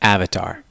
Avatar